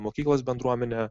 mokyklos bendruomenė